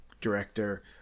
director